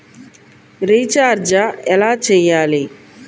Recharge ఎలా చెయ్యాలి?